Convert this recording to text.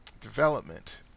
Development